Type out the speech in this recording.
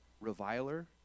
reviler